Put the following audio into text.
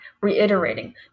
reiterating